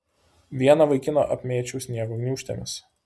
vieną vaikiną apmėčiau sniego gniūžtėmis